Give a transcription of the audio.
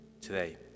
today